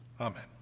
Amen